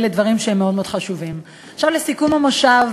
אם כי אני חושב שאנחנו סוברנים בסופו של דבר כממשלה,